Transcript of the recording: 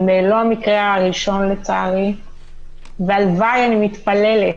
הם לא המקרה הראשון, לצערי, והלוואי, אני מתפללת,